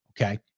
Okay